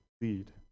lead